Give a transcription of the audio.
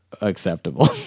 acceptable